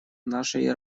нашей